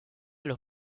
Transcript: los